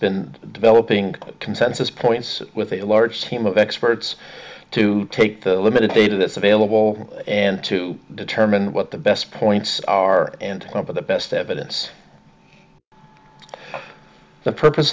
been developing consensus points with a large team of experts to take the limited data that's available and to determine what the best points are and over the best evidence the purpose